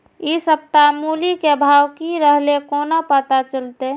इ सप्ताह मूली के भाव की रहले कोना पता चलते?